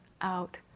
out